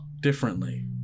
differently